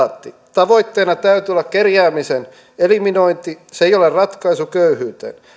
tavoitteena täytyy olla kerjäämisen eliminointi se ei ole ratkaisu köyhyyteen